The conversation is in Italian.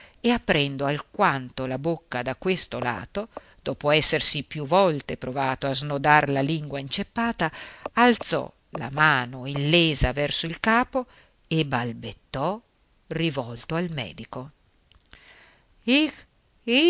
e aprendo alquanto la bocca da questo lato dopo essersi più volte provato a snodar la lingua inceppata alzò la mano illesa verso il capo e balbettò rivolto al medico